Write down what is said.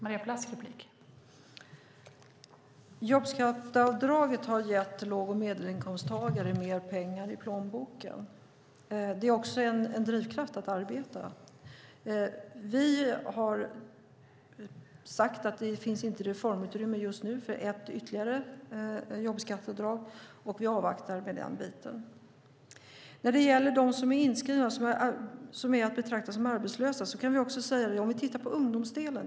Fru talman! Jobbskatteavdraget har gett låg och medelinkomsttagare mer pengar i plånboken. Det är också en drivkraft att arbeta. Vi har sagt att det just nu inte finns reformutrymme för ytterligare ett jobbskatteavdrag. Vi avvaktar med den biten. När det gäller dem som är inskrivna och är att betrakta som arbetslösa kan vi titta på ungdomsdelen.